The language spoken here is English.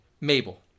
Mabel